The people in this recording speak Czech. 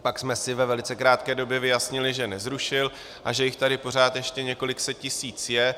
Pak jsme si ve velice krátké době vyjasnili, že nezrušil a že jich tady pořád ještě několik set tisíc je.